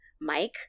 Mike